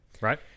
Right